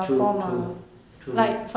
true true true